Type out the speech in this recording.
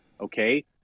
okay